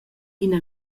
ina